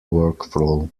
workflow